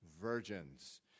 virgins